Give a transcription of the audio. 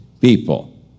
people